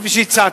כפי שהצעתי.